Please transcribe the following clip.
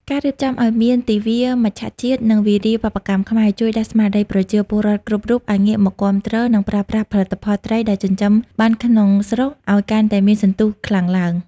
ការរៀបចំឱ្យមានទិវា "មច្ឆជាតិ និងវារីវប្បកម្មខ្មែរ" ជួយដាស់ស្មារតីប្រជាពលរដ្ឋគ្រប់រូបឱ្យងាកមកគាំទ្រ និងប្រើប្រាស់ផលិតផលត្រីដែលចិញ្ចឹមបានក្នុងស្រុកឱ្យកាន់តែមានសន្ទុះខ្លាំងឡើង។